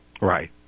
Right